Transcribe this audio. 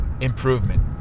improvement